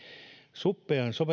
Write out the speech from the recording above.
suppean